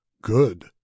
Good